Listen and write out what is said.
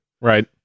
Right